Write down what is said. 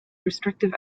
restrictive